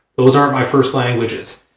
those aren't my first languages,